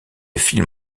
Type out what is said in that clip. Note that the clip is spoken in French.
film